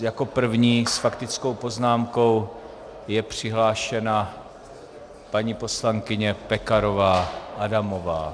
Jako první s faktickou poznámkou je přihlášena paní poslankyně Pekarová Adamová.